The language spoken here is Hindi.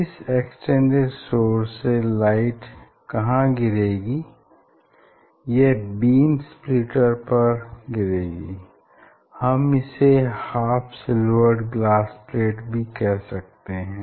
इस एक्सटेंडेड सोर्स से लाइट कहाँ गिरेगी यह बीम स्प्लिटर पर गिरेगी हम इसे हाफ सिलवर्ड ग्लास प्लेट भी कह सकते हैं